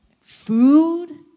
food